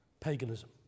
paganism